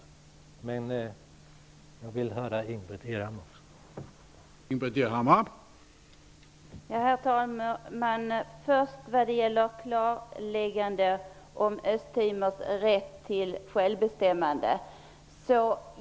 Jag skulle gärna vilja höra vad Ingbritt Irhammar har att säga.